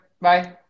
Bye